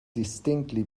distinctly